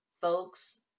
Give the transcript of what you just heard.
Folks